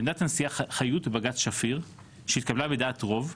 לעמדת הנשיאה חיות בבג"צ שפיר שהתקבלה בדעת רוב,